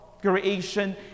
creation